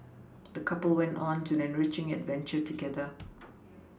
the couple went on to enriching adventure together